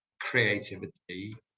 creativity